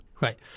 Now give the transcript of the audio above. right